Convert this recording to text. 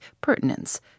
pertinence